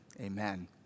Amen